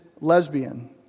lesbian